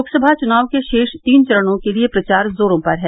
लोकसभा चुनाव के शेष तीन चरणों के लिये प्रचार जोरों पर है